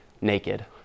naked